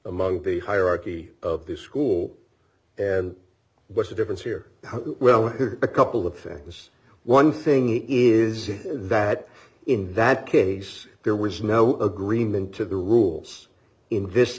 among the hierarchy of the school and what's the difference here a couple of things one thing it is that in that case there was no agreement to the rules in this